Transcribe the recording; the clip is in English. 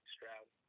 Stroud